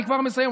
אני כבר מסיים,